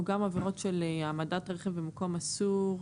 גם עבירות של העמדת רכב במקום אסור,